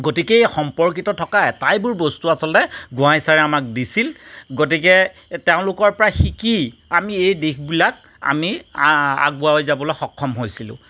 গতিকে এই সম্পৰ্কিত থকা এটাইবোৰ বস্তু আচলতে গোহাঁই ছাৰে আমাক দিছিল গতিকে তেওঁলোকৰ পৰা শিকি আমি এই দিশবিলাক আমি আগুৱাই যাবলৈ সক্ষম হৈছিলোঁ